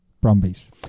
Brumbies